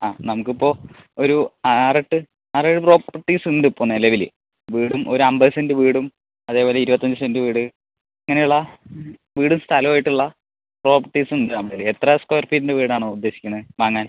ആ നമുക്ക് ഇപ്പോൾ ഒരു ആറെട്ട് ആറ് ഏഴ് പ്രോപ്പർട്ടീസ് ഉണ്ട് ഇപ്പം നിലവില് വീടും ഒര് അമ്പത് സെൻറ്റ് വീടും അതേപോലെ ഇരുപത്തഞ്ച് സെൻറ്റ് വീട് ഇങ്ങനെ ഉള്ള വീടും സ്ഥലം ആയിട്ട് ഉള്ള പ്രോപ്പർട്ടീസ് ഉണ്ട് നമ്മടേല് എത്ര സ്ക്വയർ ഫീറ്റിൻ്റ വീട് ആണോ ഉദ്ദേശിക്കണത് വാങ്ങാൻ